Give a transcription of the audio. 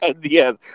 Yes